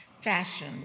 fashion